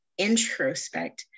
introspect